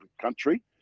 country